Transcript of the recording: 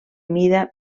mida